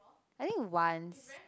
I think once